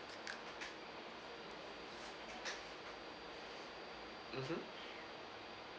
mmhmm